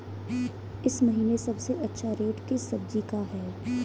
इस महीने सबसे अच्छा रेट किस सब्जी का है?